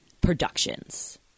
Productions